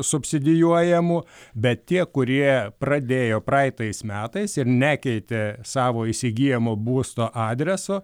subsidijuojamų bet tie kurie pradėjo praeitais metais ir nekeitė savo įsigyjamo būsto adreso